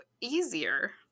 easier